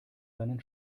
seinen